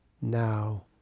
now